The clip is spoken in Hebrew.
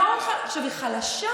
היא חלשה.